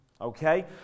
okay